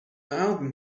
album